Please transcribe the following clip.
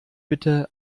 bitte